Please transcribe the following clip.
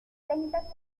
treinta